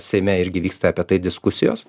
seime irgi vyksta apie tai diskusijos